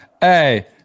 Hey